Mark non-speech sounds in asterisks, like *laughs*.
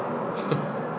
*laughs*